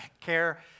care